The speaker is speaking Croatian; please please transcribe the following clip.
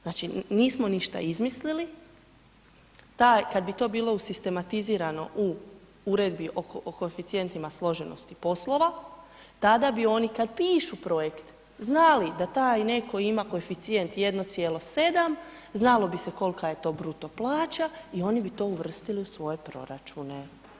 Znači nismo ništa izmislili, taj, kad bi to bilo usistematizirano u Uredbi o koeficijentima složenosti poslova, tada bi oni, kad pišu projekt, znali da taj netko ima koeficijent 1,7, znalo bi se kolika je to bruto plaća i oni bi to uvrstili u svoje proračune.